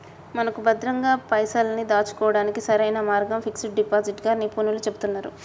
మనకు భద్రంగా పైసల్ని దాచుకోవడానికి సరైన మార్గం ఫిక్స్ డిపాజిట్ గా నిపుణులు చెబుతున్నారు